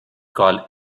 called